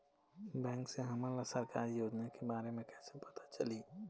Bank से हमन ला सरकारी योजना के बारे मे कैसे पता चलही?